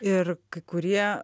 ir kai kurie